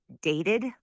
dated